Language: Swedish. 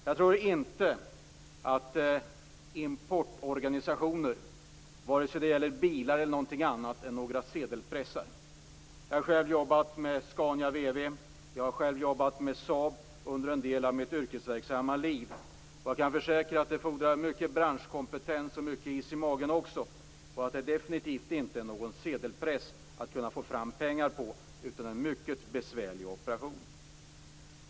Jag tror inte att importorganisationer, vare sig det gäller bilar eller någonting annat, har några sedelpressar. Jag har jobbat med Scania VW och med Saab under en del av mitt yrkesverksamma liv, och jag kan försäkra att det fordrar mycket branschkompetens och is i magen och att de definitivt inte har någon sedelpress för att kunna få fram pengar utan en mycket besvärlig operation.